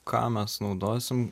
ką mes naudosim